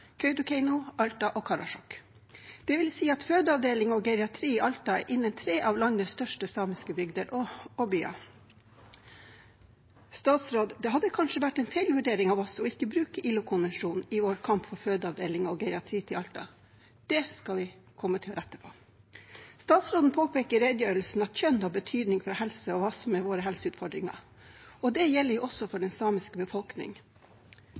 Alta og Karasjok. Det vil si at fødeavdeling og geriatri i Alta er innen tre av landets største bygder og byer. Det har kanskje vært en feilvurdering av oss å ikke bruke ILO-konvensjonen i vår kamp for fødeavdeling og geriatri til Alta. Det skal vi komme til å rette på. Statsråden påpeker i redegjørelsen at kjønn har betydning for helse og hva som er våre helseutfordringer. Det gjelder også for